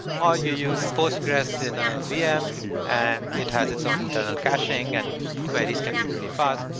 or you use postgres in a vm and it has its own internal caching and queries can be pretty fast,